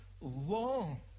long